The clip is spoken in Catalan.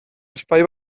espai